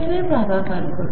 ने भागाकार करू